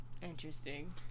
Interesting